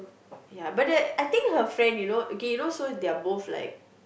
ya but the I think her friend you know K so their both like